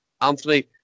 Anthony